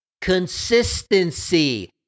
consistency